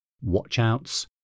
watch-outs